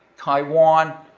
taiwan,